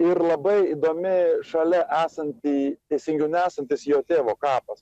ir labai įdomi šalia esantį teisingiau nesantis jo tėvo kapas